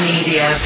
Media